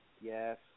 yes